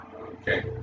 Okay